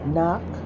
Knock